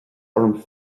orm